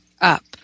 up